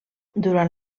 durant